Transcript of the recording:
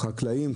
חקלאים,